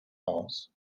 aus